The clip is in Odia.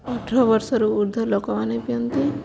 ଅଠର ବର୍ଷରୁ ଉର୍ଦ୍ଧ୍ୱ ଲୋକମାନେ ପିଅନ୍ତି